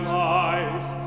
life